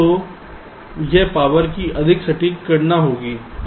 तो यह पावर की अधिक सटीक गणना होगी ठीक है